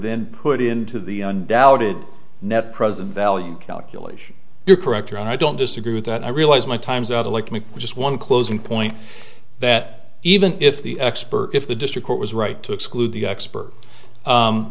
then put into the undoubted net present value calculation you're correct or i don't disagree with that i realize my times out of like me just one closing point that even if the expert if the district court was right to exclude the expert